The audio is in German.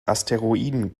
asteroiden